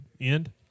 end